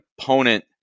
opponent